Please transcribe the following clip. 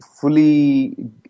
fully